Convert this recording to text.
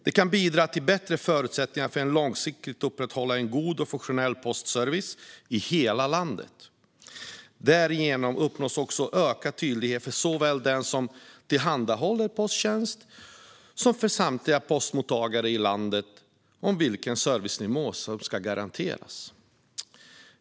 Det kan bidra till bättre förutsättningar för att långsiktigt upprätthålla en god och funktionell postservice i hela landet. Därigenom uppnås också ökad tydlighet såväl för den som tillhandahåller posttjänsten som för samtliga postmottagare i landet om vilken servicenivå som ska garanteras.